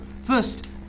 first